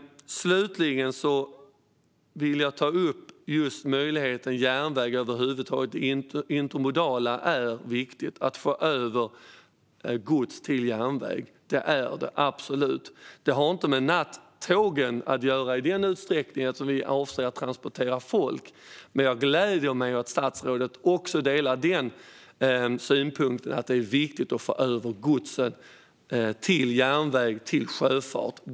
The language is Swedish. Slutligen vill jag ta upp just möjligheten till järnväg över huvud taget. Det intermodala, att få över gods till järnväg, är viktigt. Det har inte med nattågen att göra, där vi ju avser att transportera folk. Jag gläder mig dock åt att statsrådet delar synpunkten att det är viktigt att få över godset till järnväg och sjöfart.